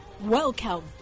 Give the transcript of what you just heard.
Welcome